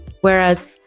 Whereas